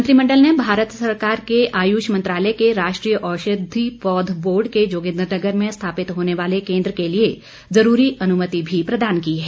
मंत्रिमंडल ने भारत सरकार के आयूष मंत्रालय के राष्टीय औषधी पौध बोर्ड के जोगिन्दनगर में स्थापित होने वाले केन्द्र के लिए जरूरी अनुमति भी प्रदान की है